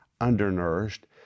undernourished